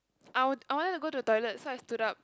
I I want to go to the toilet so I stood up